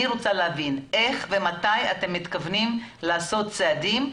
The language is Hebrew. אני רוצה להבין איך ומתי אתם מתכוונים לעשות צעדים.